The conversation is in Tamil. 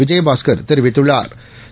விஜயபாஸ்கா் தெரிவித்துள்ளாா்